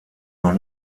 noch